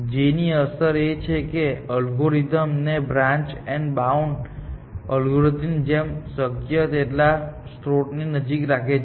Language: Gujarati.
g ની અસર એ છે કે તે એલ્ગોરિધમ ને બ્રાન્ચ એન્ડ બાઉન્ડ અલ્ગોરિથમ ની જેમ શક્ય તેટલા સ્ત્રોતની નજીક રાખે છે